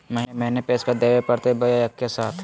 महीने महीने पैसा देवे परते बोया एके साथ?